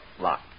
Locked